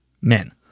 men